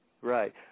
Right